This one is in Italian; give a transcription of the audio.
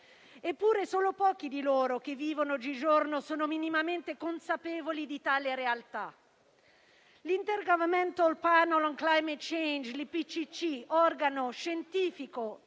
Eppure solo pochi di loro che vivono oggigiorno sono minimamente consapevoli di tale realtà. L'Intergovernmental panel on climate change (IPCC), organo scientifico